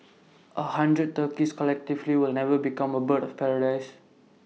A hundred turkeys collectively will never become A bird of paradise